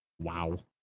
Wow